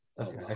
Okay